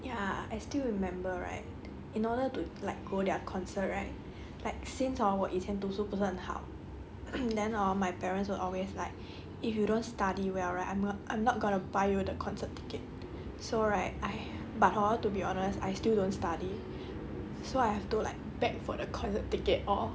ya I still remember right in order to like go their concert right but since 我以前读书不是很好 and then hor my parents will always like if you don't study well right I'm not I'm not gonna buy you the concert ticket so right I but hor to be honest I still don't study so I have to like beg for the concert ticket or